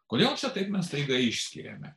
kodėl čia taip mes staiga išskiriame